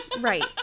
Right